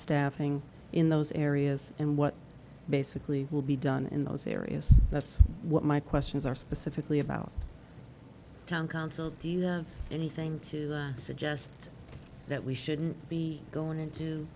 staffing in those areas and what basically will be done in those areas that's what my questions are specifically about town council do you have anything to suggest that we shouldn't be going into